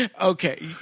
okay